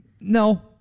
No